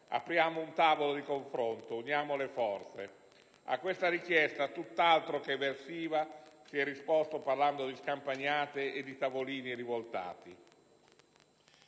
apriamo un tavolo di confronto, uniamo le forze. A questa richiesta, tutt'altro che evasiva, si è risposto parlando di scampagnate e di tavolini rivoltati.